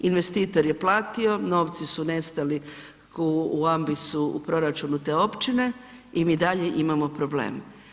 Investitor je platio, novci su nestali u ambisu u proračunu te općine i mi dalje imamo problem.